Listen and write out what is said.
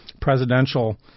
presidential